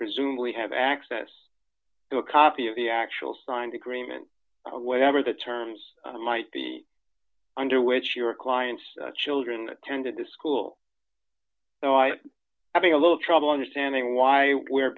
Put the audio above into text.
presumably have access to a copy of the actual signed agreement whatever the terms might be under which your client's children attended the school so i having a little trouble understanding why we